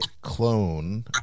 clone